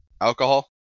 Alcohol